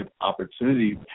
opportunities